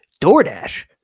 DoorDash